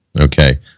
okay